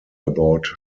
about